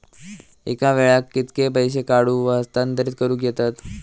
एका वेळाक कित्के पैसे काढूक व हस्तांतरित करूक येतत?